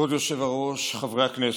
כבוד היושב-ראש, חברי הכנסת,